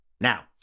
Now